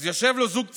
אז יושב לו זוג צעיר,